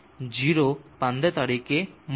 015 તરીકે મળશે